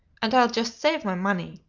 and i'll just save my money.